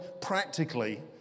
practically